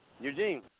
Eugene